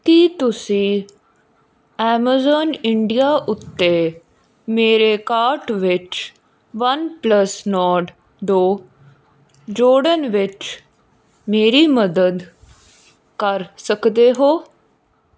ਕੀ ਤੁਸੀਂ Amazon India ਉੱਤੇ ਮੇਰੇ ਕਾਰਟ ਵਿੱਚ ਵਨਪਲੱਸ ਨੋਰਡ ਦੋ ਜੋੜਨ ਵਿੱਚ ਮੇਰੀ ਮਦਦ ਕਰ ਸਕਦੇ ਹੋ